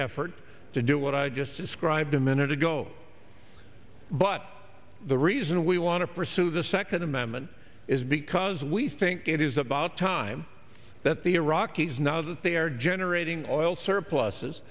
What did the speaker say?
effort to do what i just described a minute ago but the reason we want to pursue the second amendment is because we think it is about time that the iraqis now that they are generating all surpluses